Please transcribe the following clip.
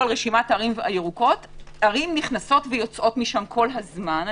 על רשימת הערים הירוקות ערים נכנסות ויוצאות משם כל הזמן.